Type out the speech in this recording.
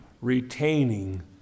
retaining